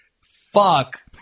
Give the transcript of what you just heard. Fuck